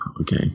Okay